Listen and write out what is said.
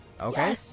Okay